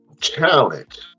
challenge